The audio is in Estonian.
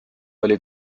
oli